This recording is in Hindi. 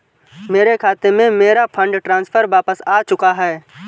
मेरे खाते में, मेरा फंड ट्रांसफर वापस आ चुका है